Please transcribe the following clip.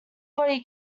body